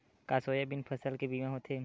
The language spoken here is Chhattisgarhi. का सोयाबीन फसल के बीमा होथे?